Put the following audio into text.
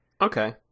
Okay